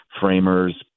framers